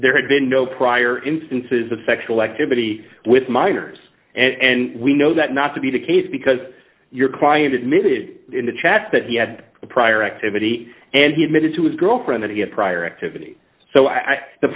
there had been no prior instances of sexual activity with minors and we know that not to be the case because your client admitted in the chats that he had a prior activity and he admitted to his girlfriend that he had prior activity so i think the